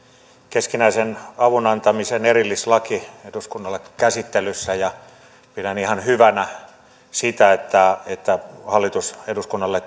keskinäisen avun antamisen erillislaki on eduskunnalla käsittelyssä ja pidän ihan hyvänä sitä että hallitus eduskunnalle